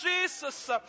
Jesus